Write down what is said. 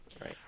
right